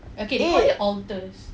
oh